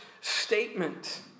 statement